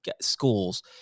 schools